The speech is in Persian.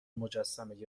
مجسمه